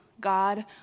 God